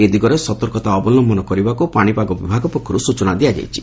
ଏ ଦିଗରେ ସତର୍କତା ଅବଲମ୍ନ କରିବାକୁ ପାଶିପାଗ ବିଭାଗ ପକ୍ଷର୍ ସ୍ଚନା ଦିଆଯାଇଛି